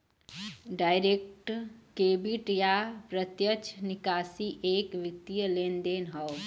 direct debit या प्रत्यक्ष निकासी एक वित्तीय लेनदेन हौ